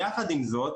יחד עם זאת,